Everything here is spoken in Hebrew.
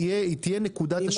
צריכה להיות נקודת השוואה.